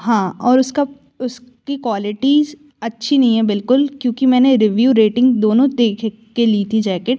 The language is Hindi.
हाँ और उसका उसकी क्वालिटीज़ अच्छी नहीं है बिल्कुल क्योंकि मैंने रिव्यू रेटिंग दोनों देख कर ली थी जैकेट